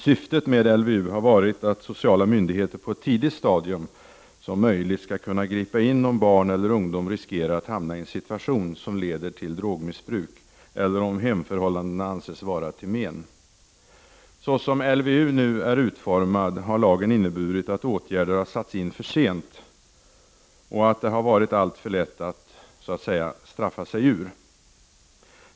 Syftet med LVU har varit att sociala myndigheter på ett så tidigt stadium som möjligt skall kunna gripa in om barn eller ungdom riskerar att hamna i en situation som leder till drogmissbruk eller om hemförhållandena anses vara till men. Som LVU nu är utformad har lagen inneburit att åtgärder har satts in för sent och att det har varit alltför lätt att så att säga straffa ut sig.